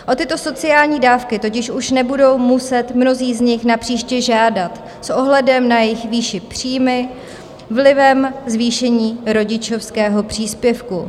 O tyto sociální dávky totiž už nebudou muset mnozí z nich napříště žádat s ohledem na jejich vyšší příjmy vlivem zvýšení rodičovského příspěvku.